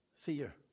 Fear